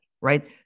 right